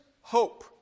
hope